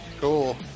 Cool